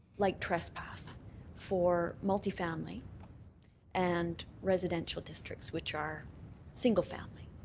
light trespass for multi-family and residential districts, which are single family.